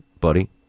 buddy